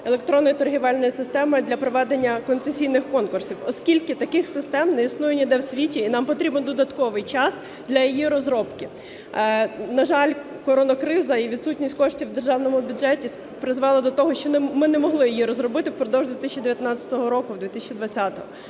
електронної торговельної системи для проведення концесійних конкурсів, оскільки таких систем не існує ніде в світі, і нам потрібен додатковий час для її розробки. На жаль, коронакриза і відсутність коштів у державному бюджеті призвели до того, що ми не могли її розробити впродовж 2019 року - 2020-го.